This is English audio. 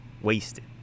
wasted